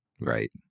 Right